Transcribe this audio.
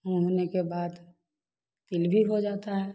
मूँग होने के बाद तिल भी हो जाता है